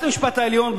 בית-המשפט העליון,